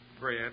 bread